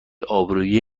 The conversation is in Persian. آبروئیه